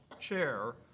chair